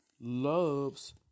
loves